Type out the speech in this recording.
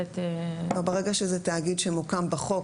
ברגע שזה תאגיד שמוקם בחוק,